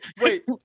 wait